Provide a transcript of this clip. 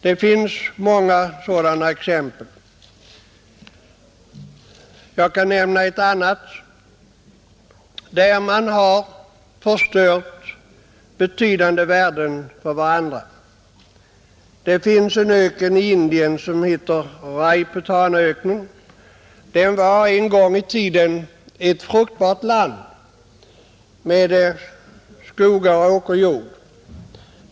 Det finns många sådana exempel. Jag kan nämna ett som visar hur människor förstört betydande värden för andra. Den indiska Rajputanaöknen var en gång i tiden en fruktbar trakt med skogar och åkerjord.